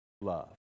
love